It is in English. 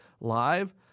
live